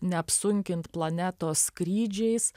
neapsunkint planetos skrydžiais